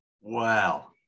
Wow